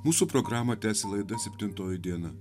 mūsų programą tęsia laida septintoji diena